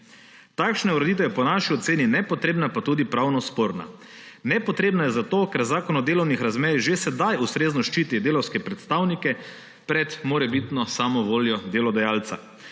Takšna ureditev je po naši oceni nepotrebna pa tudi pravno sporna. Nepotrebna je zato, ker Zakon o delovnih razmerjih že sedaj ustrezno ščiti delavske predstavnike pred morebitno samovoljo delodajalca.